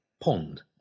pond